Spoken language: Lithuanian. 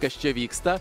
kas čia vyksta